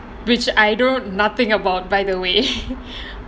which I don't nothing about by the way